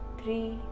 three